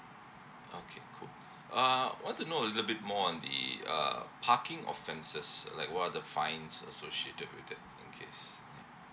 okay cool uh I want to know a little bit more on the uh parking offences like what are the fines associated with that in case yeah